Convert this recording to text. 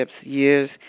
years